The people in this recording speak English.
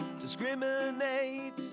Discriminate